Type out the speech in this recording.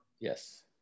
Yes